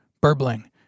burbling